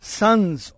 sons